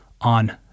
on